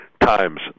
times